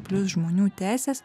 plius žmonių teises